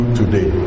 today